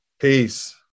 Peace